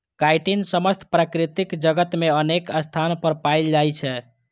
chitin समस्त प्रकृति जगत मे अनेक स्थान पर पाएल जाइ छै